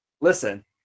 Listen